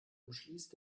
umschließt